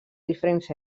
diferents